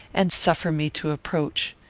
and suffer me to approach.